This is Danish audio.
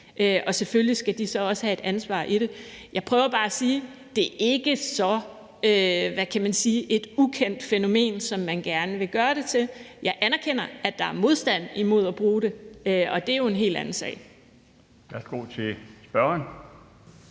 Selvfølgelig skal de så også have et ansvar for det. Jeg prøver bare sige, at det ikke er et så ukendt fænomen, som man gerne vil gør det til. Jeg anerkender, at der er modstand mod at bruge det, og det er jo en helt anden sag.